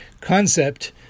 concept